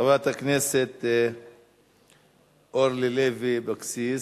חברת הכנסת אורלי לוי אבקסיס,